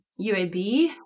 UAB